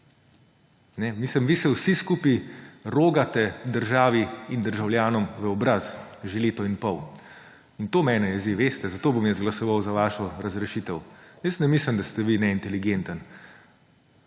videli. Vi se vsi skupaj rogate državi in državljanom v obraz že leto in pol. In to mene jezi. Zato bom jaz glasoval za vašo razrešitev. Jaz ne mislim, da ste vi neinteligenten,